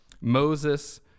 Moses